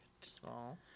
small